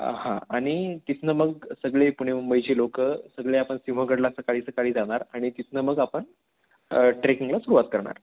हां आणि तिथून मग सगळे पुणे मुंबईचे लोक सगळे आपण शिमगडला सकाळी सकाळी जाणार आणि तिथून मग आपण ट्रेकिंगला सुरुवात करणार